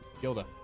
Gilda